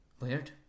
Weird